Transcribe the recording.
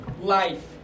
life